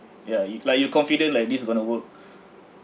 ya if like you confident like this going to work